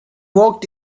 worked